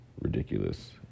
ridiculous